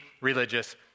religious